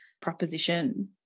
proposition